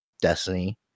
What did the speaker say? Destiny